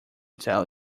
tell